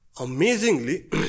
Amazingly